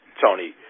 Tony